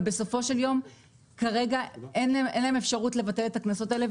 אבל בסופו של יום כרגע אין להם אפשרות לבטל את הקנסות האלה,